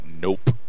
nope